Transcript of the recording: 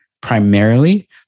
primarily